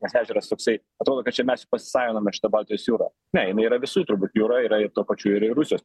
tas ežeras toksai atrodo kad čia mes pasisaviname šitą baltijos jūrą ne jinai yra visų turbūt jūra yra ir tuo pačiu ir rusijos